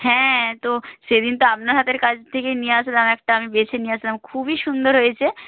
হ্যাঁ তো সেদিন তো আপনার হাতের কাজ থেকেই নিয়ে আসলাম একটা আমি বেছে নিয়ে আসলাম খুবই সুন্দর হয়েছে